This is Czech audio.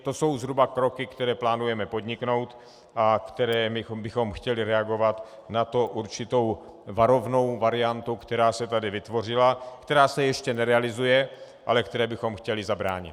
To jsou zhruba kroky, které plánujeme podniknout a kterými bychom chtěli reagovat na tu určitou varovnou variantu, která se tady vytvořila, která se ještě nerealizuje, ale které bychom chtěli zabránit.